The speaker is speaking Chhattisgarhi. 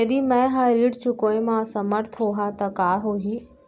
यदि मैं ह ऋण चुकोय म असमर्थ होहा त का होही?